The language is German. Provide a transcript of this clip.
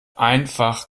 einfach